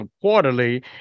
quarterly